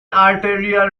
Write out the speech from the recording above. arterial